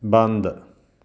ਬੰਦ